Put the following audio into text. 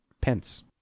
pence